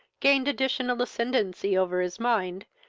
gained additional ascendancy over his mind,